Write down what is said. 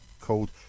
called